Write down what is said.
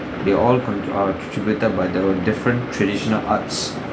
they are all contri~ err tri~ tributed by the different traditional arts